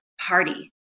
party